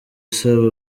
asaba